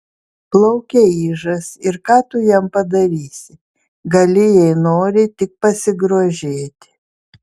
plaukia ižas ir ką tu jam padarysi gali jei nori tik pasigrožėti